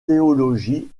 théologie